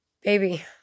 Baby